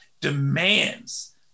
demands